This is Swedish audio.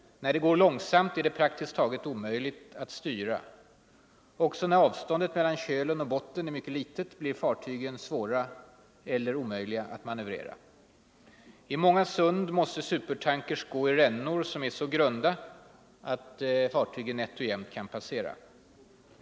När det går långsamt är det praktiskt taget omöjligt att styra. Också när avståndet mellan kölen och botten är litet blir fartygen svåra eller omöjliga att manövrera. I många sund måste supertankers gå i rännor som är så grunda att fartygen nätt och jämnt kan passera.